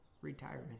retirement